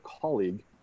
colleague